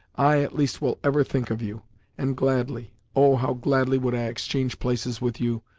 i, at least, will ever think of you and gladly, oh! how gladly would i exchange places with you,